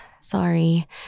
Sorry